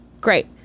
Great